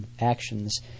actions